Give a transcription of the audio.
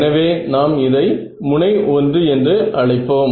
எனவே நாம் இதை முனை 1 என்று அழைப்போம்